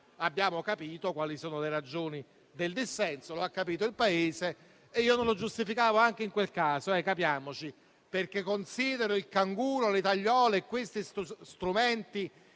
si sono capite le ragioni del dissenso e lo ha capito il Paese); io non lo giustificavo neanche in quel caso -capiamoci - perché considero il canguro, le tagliole e strumenti